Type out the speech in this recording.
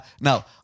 Now